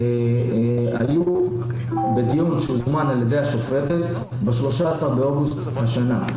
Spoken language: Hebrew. היו בדיון שהוזמן על ידי השופטת ב-13 באוגוסט השנה,